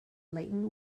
laden